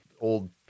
Old